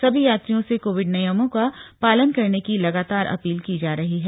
सभी यात्रियों से कोविड नियमों का पालन करने की लगातार अपील की जा रही है